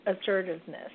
assertiveness